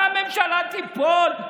מה הממשלה תיפול?